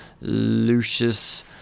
Lucius